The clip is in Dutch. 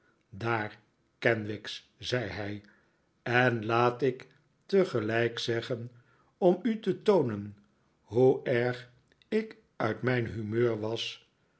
daar kenwigs zei hij en laat ik tegelijk zeggen om u te toonen hoe erg ik uit mijn humeur was